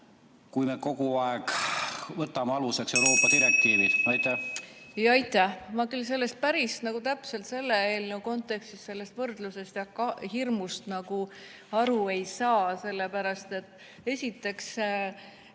kui me kogu aeg võtame aluseks Euroopa direktiivid? Aitäh!